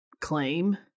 claim